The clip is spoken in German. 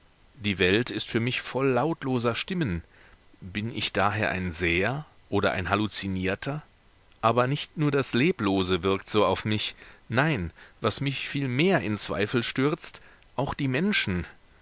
die welt ist für mich voll lautloser stimmen bin ich daher ein seher oder ein halluzinierter aber nicht nur das leblose wirkt so auf mich nein was mich viel mehr in zweifel stürzt auch die menschen